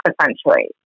essentially